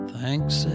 Thanks